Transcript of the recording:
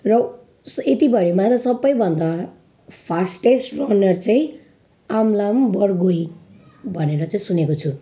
र यतिभरिमा त सबैभन्दा फास्टेस्ट रनर चाहिँ अमलम् बरगोई भनेर चाहिँ सुनेको छु